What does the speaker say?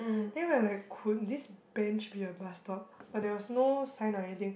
then we're like could this bench be a bus stop but there was no sign or anything